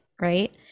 right